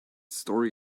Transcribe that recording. story